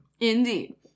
indeed